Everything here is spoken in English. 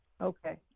Okay